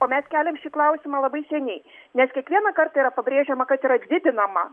o mes keliam šį klausimą labai seniai nes kiekvieną kartą yra pabrėžiama kad yra didinama